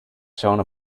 shone